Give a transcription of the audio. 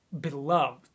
beloved